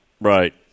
Right